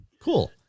cool